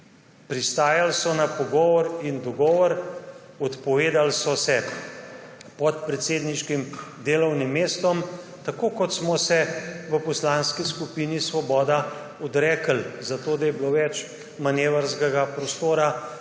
Pristajali so na pogovor in dogovor, odpovedali so se podpredsedniškim delovnim mestom, tako kot smo se v Poslanski skupini Svoboda odrekli, zato da je bilo več manevrskega prostora,